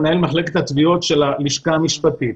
מנהל מחלקת התביעות של הלשכה המשפטית,